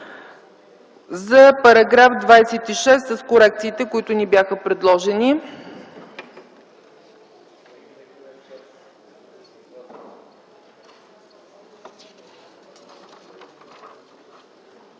за § 26, с корекциите, които ни бяха предложени.